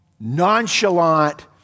nonchalant